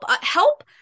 help